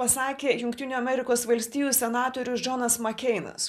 pasakė jungtinių amerikos valstijų senatorius džonas makeinas